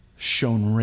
shown